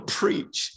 preach